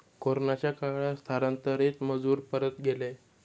कोरोनाच्या काळात स्थलांतरित मजूर परत गेले